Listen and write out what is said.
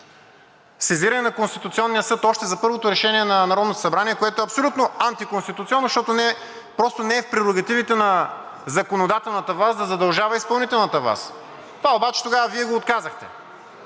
сезиране на Конституционния съд още за първото решение на Народното събрание, което е абсолютно антиконституционно, защото просто не е в прерогативите на законодателната власт да задължава изпълнителната власт. Това обаче Вие го отказахте,